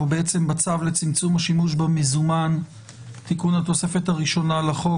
לצמצום השימוש במזומן (תיקון התוספת הראשונה לחוק),